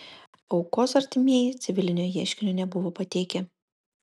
aukos artimieji civilinio ieškinio nebuvo pateikę